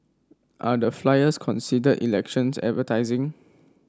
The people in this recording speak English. are the flyers considered elections advertising